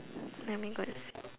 let me go and